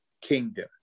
kingdom